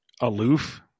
aloof